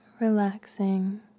Relaxing